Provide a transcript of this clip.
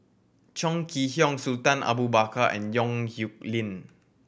Chong Kee Hiong Sultan Abu Bakar and Yong Nyuk Lin